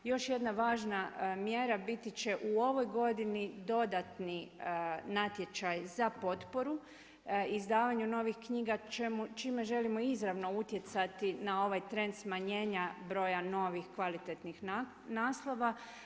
Još jedna važna mjera biti će u ovoj godini dodatni natječaj za potporu, izdavanju novih knjiga čime želimo izravno utjecati na ovaj trend smanjenja broja novih kvalitetnih naslova.